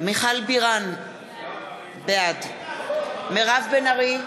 מיכל בירן, בעד מירב בן ארי,